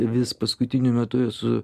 vis paskutiniu metu esu